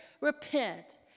repent